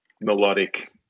melodic